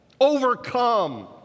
overcome